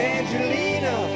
Angelina